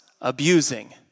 abusing